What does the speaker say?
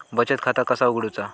बचत खाता कसा उघडूचा?